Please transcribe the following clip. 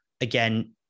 Again